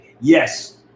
Yes